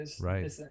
Right